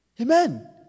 Amen